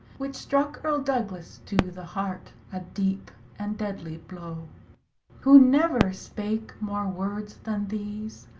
which struck erle douglas to the heart, a deepe and deadlye blow who never spake more words than these,